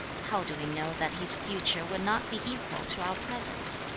how do we know that his future will not be equal to our present?